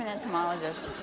and entomologist